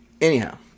Anyhow